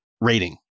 rating